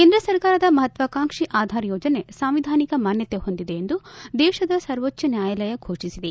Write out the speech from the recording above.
ಕೇಂದ್ರ ಸರ್ಕಾರದ ಮಹತ್ನಾಕಾಂಕ್ಲಿ ಆಧಾರ್ ಯೋಜನೆ ಸಾಂವಿಧಾನಿಕ ಮಾನ್ನತೆ ಹೊಂದಿದೆ ಎಂದು ದೇಶದ ಸವೋಚ್ಚನ್ನಾಯಾಲಯ ಫೋಷಿಸಿದೆ